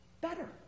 better